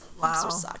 Wow